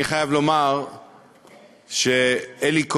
אני חייב לומר שאלי כהן,